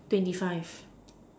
twenty five